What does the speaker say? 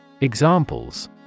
Examples